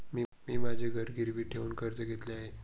मी माझे घर गिरवी ठेवून कर्ज घेतले आहे